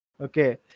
Okay